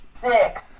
Six